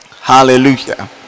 Hallelujah